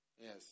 Yes